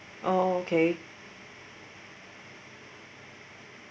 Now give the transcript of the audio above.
oh okay